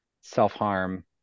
self-harm